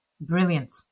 brilliant